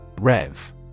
REV